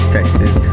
Texas